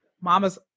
Mama's